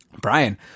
Brian